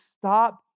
stop